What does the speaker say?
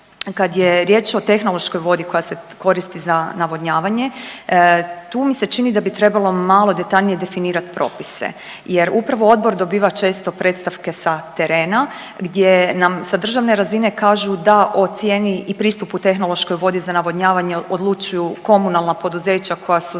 Kad je riječ o tehnološkoj vodi koja se koristi za navodnjavanje tu mi se čini da bi trebalo malo detaljnije definirati propise jer upravo odbor dobiva često predstavke sa terena gdje nam sa državne razine kažu da o cijeni i pristupu tehnološkoj vodi za navodnjavanje odlučuju komunalna poduzeća koja su zadužena